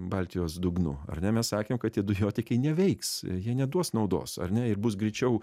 baltijos dugnu ar ne mes sakėm kad tie dujotiekiai neveiks jie neduos naudos ar ne ir bus greičiau